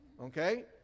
Okay